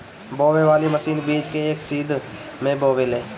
बोवे वाली मशीन बीज के एक सीध में बोवेले